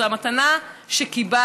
זו המתנה שקיבלנו.